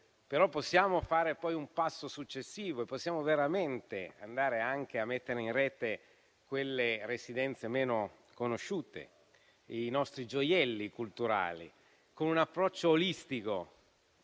però possiamo fare un passo successivo e possiamo veramente andare a mettere in rete quelle residenze meno conosciute, i nostri gioielli culturali, con un approccio olistico,